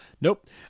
Nope